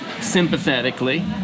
sympathetically